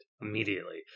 immediately